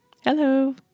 Hello